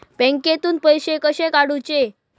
बँकेतून पैसे कसे काढूचे?